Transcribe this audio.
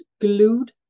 glued